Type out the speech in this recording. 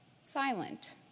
silent